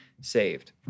saved